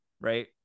right